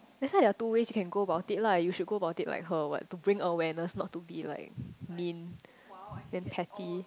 that's why there are two ways you can go about it lah you should go about it like her or what to bring awareness not to be like mean then petty